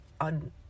on